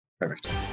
perfect